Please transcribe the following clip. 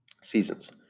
seasons